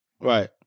Right